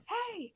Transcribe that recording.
Hey